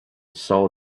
saw